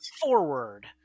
forward